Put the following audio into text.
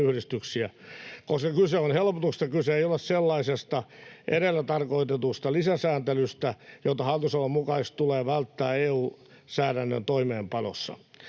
Koska kyse on helpotuksesta, kyse ei ole sellaisesta edellä tarkoitetusta lisäsääntelystä, jota hallitusohjelman mukaisesti tulee välttää EU-säädännön toimeenpanossa.